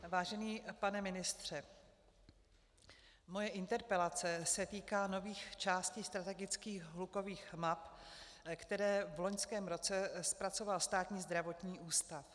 Vážený pane ministře, moje interpelace se týká nových částí strategických hlukových map, které v loňském roce zpracoval Státní zdravotní ústav.